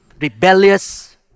rebellious